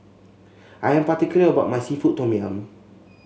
I am particular about my seafood Tom Yum